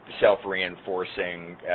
self-reinforcing